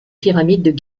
pyramides